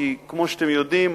כי כמו שאתם יודעים,